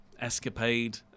Escapade